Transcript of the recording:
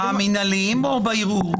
המינהליים או בערעור?